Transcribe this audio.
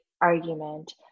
argument